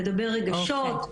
לדבר רגשות,